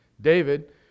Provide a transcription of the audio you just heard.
David